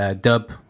dub